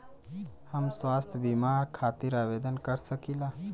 हम स्वास्थ्य बीमा खातिर आवेदन कर सकीला?